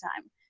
time